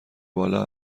بالا